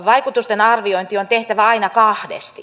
vaikutusten arviointi on tehtävä aina kahdesti